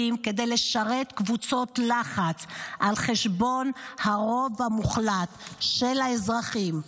כדי לשרת קבוצות לחץ על חשבון הרוב המוחלט של האזרחים,